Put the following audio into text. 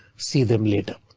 see them later.